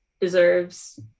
deserves